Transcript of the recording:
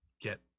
get